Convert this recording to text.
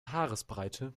haaresbreite